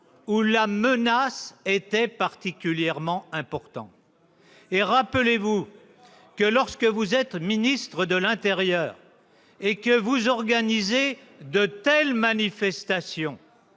où la menace était particulièrement importante. Lorsque vous êtes ministre de l'intérieur et que vous organisez de telles manifestations,